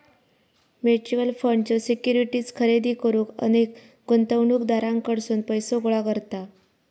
mutual fund ज्यो securities खरेदी करुक अनेक गुंतवणूकदारांकडसून पैसो गोळा करता